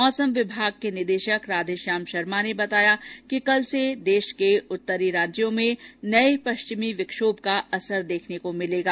मौसम विभाग के निदेशक राधेश्याम शर्मा ने बताया कि कल से देश के उत्तरी राज्यों में नए पश्चिमी विक्षोम का असर देखने को मिलेगा